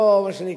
פה, מה שנקרא,